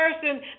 person